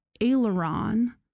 aileron